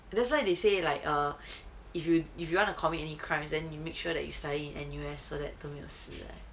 that's why they say like err if you if you want to commit any crimes then you make sure that you study N_U_S so that 都没有事的